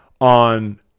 On